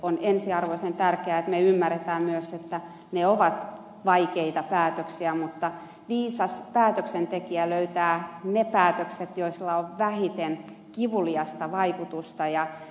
on ensiarvoisen tärkeää että me ymmärrämme myös että ne ovat vaikeita päätöksiä mutta viisas päätöksentekijä löytää ne päätökset joilla on vähiten kivuliasta vaikutusta